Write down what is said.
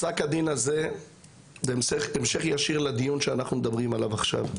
פסק הדין הזה זה המשך ישיר לדיון שאנחנו מדברים עליו עכשיו.